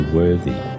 worthy